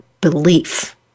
belief